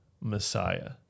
Messiah